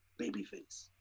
Babyface